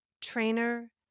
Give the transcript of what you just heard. trainer